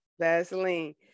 Vaseline